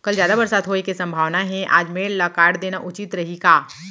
कल जादा बरसात होये के सम्भावना हे, आज मेड़ ल काट देना उचित रही का?